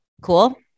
Cool